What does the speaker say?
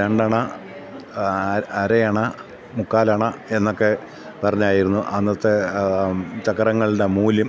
രണ്ടണ അരയണ മുക്കാലണ എന്നൊക്കെ പറഞ്ഞായിരുന്നു അന്നത്തെ ചക്രങ്ങളുടെ മൂല്യം